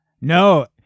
No